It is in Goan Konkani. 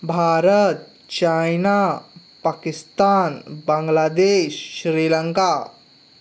भारत चीन पाकिस्तान बांग्लादेश श्रीलंका